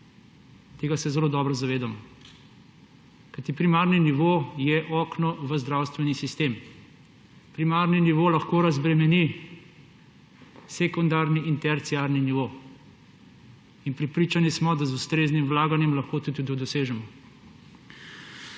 Tega se zelo dobro zavedamo. Kajti primarni nivo je okno v zdravstveni sistem. Primarni nivo lahko razbremeni sekundarni in terciarni nivo. In prepričani smo, da z ustreznim vlaganjem lahko to tudi dosežemo.